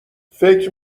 فکر